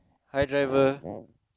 hi driver